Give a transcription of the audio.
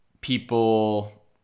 people